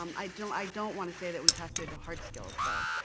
um i don't i don't want to say that we tested the hard skills, though.